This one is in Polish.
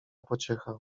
pociecha